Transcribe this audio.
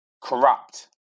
corrupt